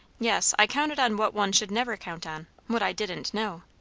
yes. i counted on what one should never count on what i didn't know.